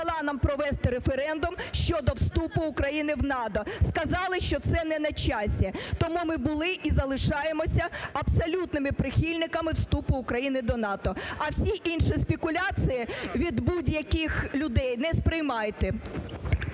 влада не дала нам провести референдум щодо вступу України в НАТО. Сказали, що це не на часі. Тому ми були і залишаємось абсолютними прихильниками вступу України до НАТО. А всі інші спекуляції від будь-яких людей не сприймайте.